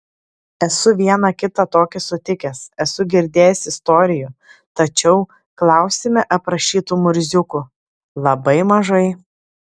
esu vieną kitą tokį sutikęs esu girdėjęs istorijų tačiau klausime aprašytų murziukų labai mažai